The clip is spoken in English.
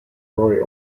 roy